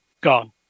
Gone